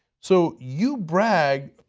so you brag,